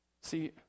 See